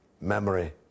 memory